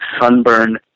sunburn